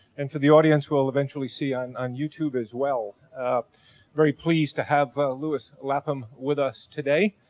and for the audience who will eventually see on, on youtube as well. very pleased to have lewis lapham with us today.